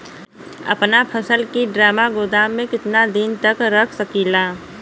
अपना फसल की ड्रामा गोदाम में कितना दिन तक रख सकीला?